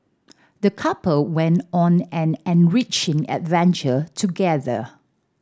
the couple went on an enriching adventure together